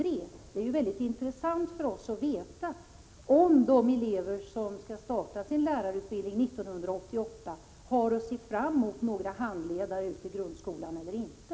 Det vore mycket intressant för oss att få veta om de elever som skall starta sin lärarutbildning 1988 har att se fram emot några handledare i grundskolan eller inte.